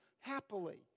happily